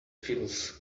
feels